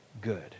good